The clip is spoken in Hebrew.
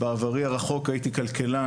בעברי הרחוק הייתי כלכלן,